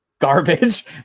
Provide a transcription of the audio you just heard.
garbage